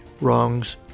wrongs